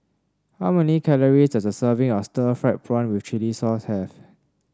how many calories does a serving of Stir Fried Prawn with Chili Sauce have